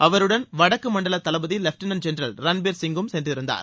அவருடன் வடக்கு மண்டல தளபதி லெப்டினன்ட் ஜென்ரல் ரன்பீர் சிங்கும் ச சென்றிருந்தார்